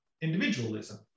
individualism